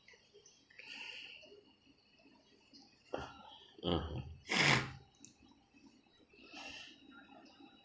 uh